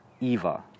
Eva